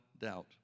doubt